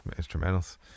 instrumentals